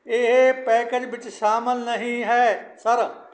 ਇਹ ਪੈਕੇਜ ਵਿੱਚ ਸ਼ਾਮਲ ਨਹੀਂ ਹੈ ਸਰ